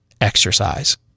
exercise